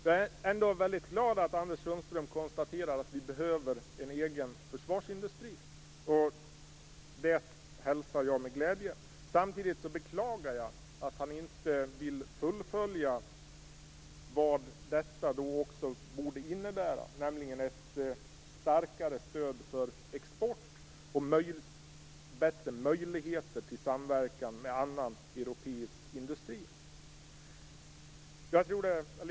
Jag är ändå väldigt glad över att Anders Sundström konstaterar att vi behöver en egen försvarsindustri. Det hälsar jag med glädje. Samtidigt beklagar jag att han inte vill fullfölja vad detta konstaterande borde innebära, nämligen ett starkare stöd för export och bättre möjligheter till samverkan med annan europeisk industri.